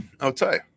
Okay